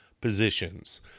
positions